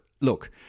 look